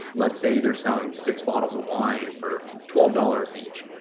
let's say they're selling six bottles of wine for twelve dollars each,